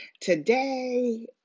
Today